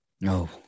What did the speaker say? No